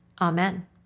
Amen